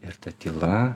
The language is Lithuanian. ir ta tyla